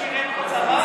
כולל מי ששירת בצבא?